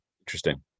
interesting